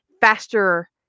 faster